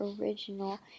original